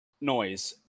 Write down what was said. noise